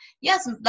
Yes